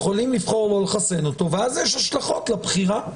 הם יכולים לבחור לא לחסן אותו ואז יש השלכות לבחירה.